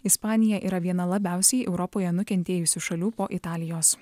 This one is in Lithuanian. ispanija yra viena labiausiai europoje nukentėjusių šalių po italijos